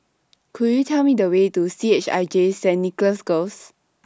Could YOU Tell Me The Way to C H I J Saint Nicholas Girls